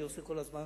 אני עושה כל הזמן